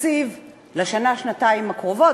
התקציב לשנה-שנתיים הקרובות,